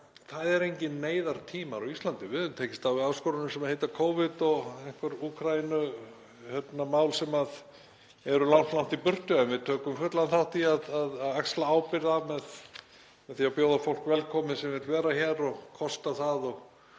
Það eru engir neyðartímar á Íslandi. Við höfum tekist á við áskoranir sem heita Covid og einhver Úkraínumál sem eru langt, langt í burtu en við tökum fullan þátt í að axla ábyrgð á með því að bjóða fólk velkomið sem vill vera hér og kosta það,